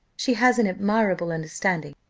she has an admirable understanding,